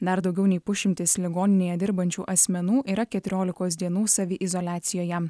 dar daugiau nei pusšimtis ligoninėje dirbančių asmenų yra keturiolikos dienų saviizoliacijoje